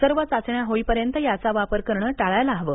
सर्व चाचण्या होईपर्यंत याचा वापर करणं टाळायला हवं